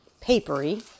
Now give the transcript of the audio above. papery